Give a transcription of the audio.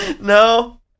no